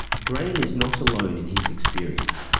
graham is not alone in his experience.